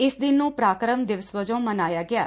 ਇਸ ਦਿਨ ਨੂੰ ਪਰਾਕੁਮ ਦਿਵਸ ਵਜੋਂ ਮਨਾਇਆ ਗਿਐ